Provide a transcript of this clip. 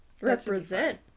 Represent